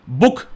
book